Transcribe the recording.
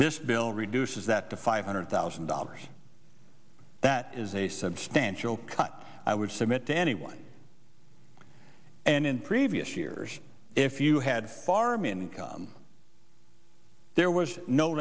this bill reduces that to five hundred thousand dollars that is a substantial cut i would submit to anyone and in previous years if you had farm income there was no